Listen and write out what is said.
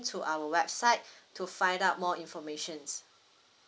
to our website to find out more informations